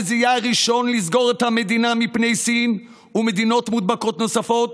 שזיהה ראשון וסגר את המדינה מפני סין ומדינות מודבקות נוספות,